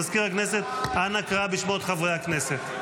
מזכיר הכנסת, אנא קרא בשמות חברי הכנסת.